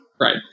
Right